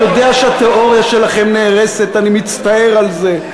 אני יודע שהתיאוריה שלכם נהרסת, אני מצטער על זה.